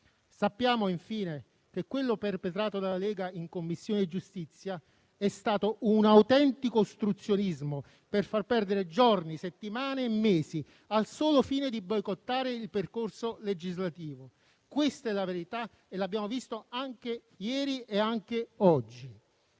Sappiamo infine che quello perpetrato dalla Lega in Commissione giustizia è stato un autentico ostruzionismo per far perdere giorni, settimane e mesi, al solo fine di boicottare il percorso legislativo. Questa è la verità e l'abbiamo visto anche ieri e oggi.